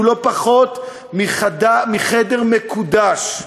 הוא לא פחות מחדר מקודש,